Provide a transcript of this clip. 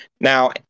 now